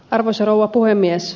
arvoisa rouva puhemies